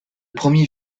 premiers